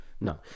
No